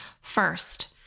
First